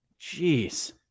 Jeez